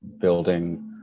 building